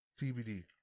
CBD